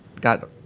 got